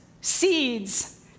seeds